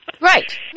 Right